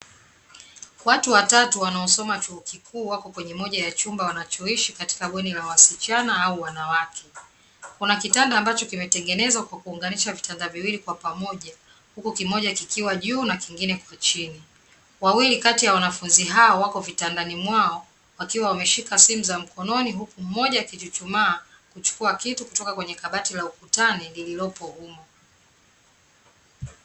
Watu watatu wanaosoma chuo kikuu wako kwenye moja ya chumba wanachoishi katika bweni la wasichana au wanawake. Kuna kitanda ambacho kimetengenezwa kwa kuunganisha vitanda viwili kwa pamoja, huku kimoja kikiwa juu na kingine kiko chini. Wawili kati ya wanafunzi hao wako vitandani mwao, wakiwa wameshika simu za mkononi, huku mmoja akichuchumaa kuchukua kitu kutoka kwenye kabati la ukutani lililopo humo.